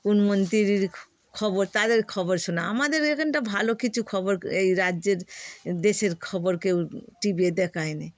কোন মন্ত্রির খবর তাদের খবর শোনায় আমাদের এখানটা ভালো কিছু খবর এই রাজ্যের দেশের খবর কেউ টি ভিতে দেখায় না